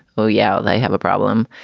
oh, yeah, they have a problem.